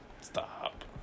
Stop